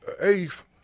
eighth